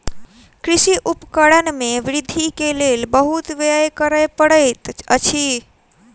कृषि उपकरण में वृद्धि के लेल बहुत व्यय करअ पड़ैत अछि